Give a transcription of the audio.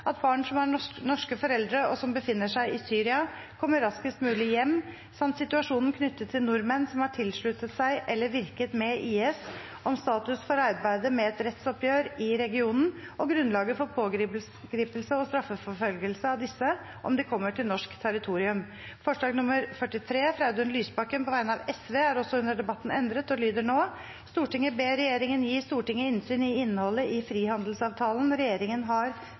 at barn som har norske foreldre og som befinner seg i Syria kommer raskest mulig hjem, samt situasjonen knyttet til nordmenn som har tilsluttet seg eller virket med IS, om status for arbeidet med et rettsoppgjør i regionen og grunnlaget for pågripelse og straffeforfølgelse av disse om de kommer til norsk territorium. Forslag nr. 43, fra Audun Lysbakken på vegne av Sosialistisk Venstreparti, er under debatten også endret og lyder nå: «Stortinget ber regjeringen gi Stortinget innsyn i innholdet i frihandelsavtalen regjeringen har